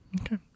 Okay